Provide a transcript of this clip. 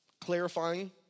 clarifying